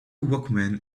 workmen